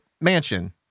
mansion